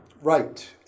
Right